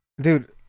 dude